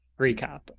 recap